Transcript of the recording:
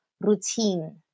routine